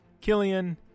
killian